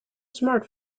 smart